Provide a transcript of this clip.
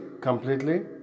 completely